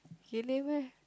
okay never mind